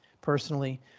personally